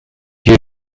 you